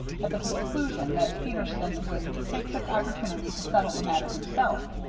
at the conclusion that peterson would take the opportunity to settle the matter himself.